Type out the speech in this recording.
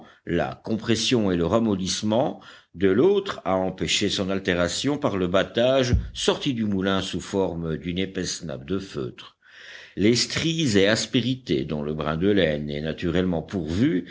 la compression et le ramollissement de l'autre à empêcher son altération par le battage sortit du moulin sous forme d'une épaisse nappe de feutre les stries et aspérités dont le brin de laine est naturellement pourvu